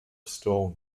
stone